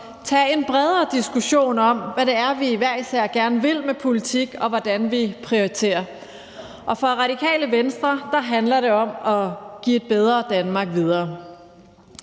tage en bredere diskussion om, hvad det er, vi hver især gerne vil med politik, og hvordan vi prioriterer. For Radikale Venstre handler det om at give et bedre Danmark videre.